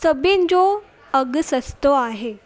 सभिनि जो अघु सस्तो आहे